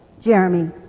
Jeremy